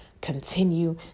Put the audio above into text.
continue